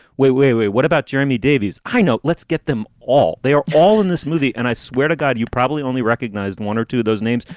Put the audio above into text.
way, way, way. what about jeremy davies? i know. let's get them all. they are all in this movie. and i swear to god, you probably only recognized one or two of those names.